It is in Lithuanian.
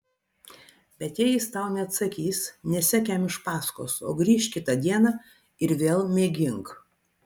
bet jei jis tau neatsakys nesek jam iš paskos o grįžk kitą dieną ir vėl mėgink